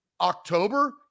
October